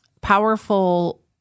powerful